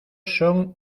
son